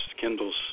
Kindle's